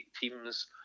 teams